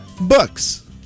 books